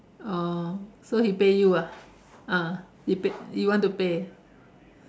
oh so he pay you ah ah he pay you want to pay